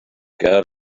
ger